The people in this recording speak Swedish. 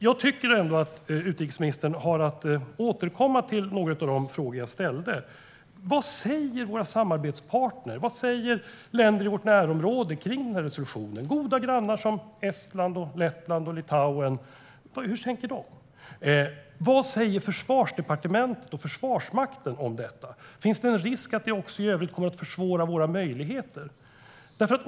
Jag tycker ändå att utrikesministern har att återkomma till några av de frågor jag ställde. Vad säger våra samarbetspartner? Vad säger länder i vårt närområde om den här resolutionen? Goda grannar som Estland, Lettland och Litauen - hur tänker de? Vad säger Försvarsdepartementet och Försvarsmakten om detta? Finns det en risk att det också i övrigt kommer att försvåra våra möjligheter? Herr talman!